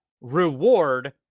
reward